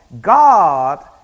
God